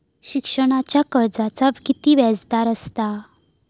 शिक्षणाच्या कर्जाचा किती व्याजदर असात?